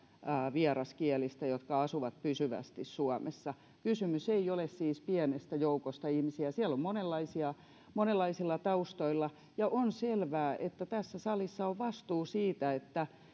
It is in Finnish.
vieraskielistä jotka asuvat pysyvästi suomessa kysymys ei siis ole pienestä joukosta ihmisiä ja siellä on monenlaisia ihmisiä monenlaisilla taustoilla on selvää että tässä salissa on vastuu siitä että